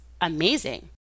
amazing